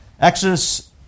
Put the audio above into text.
Exodus